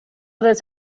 this